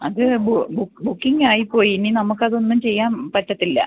അത് ബുക്കിംങ്ങ് ആയി പോയി ഇനി നമുക്ക് അതൊന്നും ചെയ്യാൻ പറ്റത്തില്ല